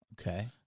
Okay